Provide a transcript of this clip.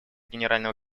генерального